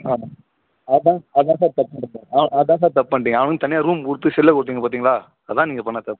ஆமாம் அதான் அதான் சார் தப்பு பண்ணுறீங்க அதான் சார் தப்பு பண்ணிட்டீங்க அவனுக்குனு தனியாக ரூம் கொடுத்து செல்லம் கொடுத்தீங்க பார்த்தீங்களா அதான் நீங்கள் பண்ண தப்பு